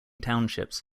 townships